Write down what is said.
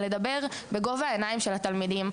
לדבר בגובה העיניים של התלמידים.